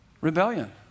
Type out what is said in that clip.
Rebellion